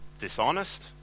dishonest